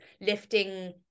lifting